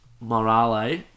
morale